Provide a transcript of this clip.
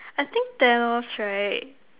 I think Thanos right